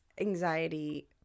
anxiety